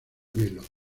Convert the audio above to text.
melo